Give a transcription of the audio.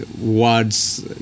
words